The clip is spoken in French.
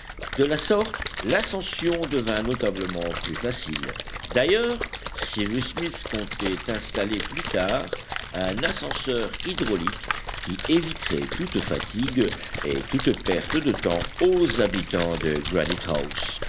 de la sorte l'ascension devint notablement plus facile d'ailleurs cyrus smith comptait installer plus tard un ascenseur hydraulique qui éviterait toute fatigue et toute perte de temps aux habitants de